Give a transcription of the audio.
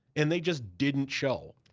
and they just didn't show.